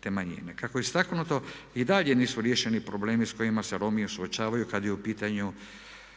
te manjine. Kako je istaknuto i dalje nisu riješeni problemi s kojima se Romi suočavaju kad je u pitanju